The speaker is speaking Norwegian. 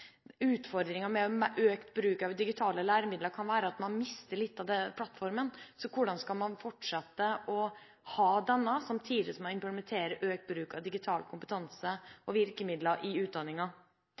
Utfordringen med økt bruk av digitale læremidler kan være at man mister litt av den plattformen. Hvordan skal man fortsette å ha denne samtidig som man implementerer økt bruk av digital kompetanse